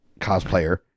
cosplayer